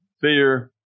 fear